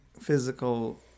physical